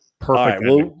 Perfect